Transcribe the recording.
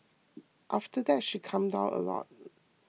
after that she calmed down a lot